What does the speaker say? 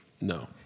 no